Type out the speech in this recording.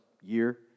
year